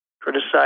criticize